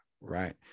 Right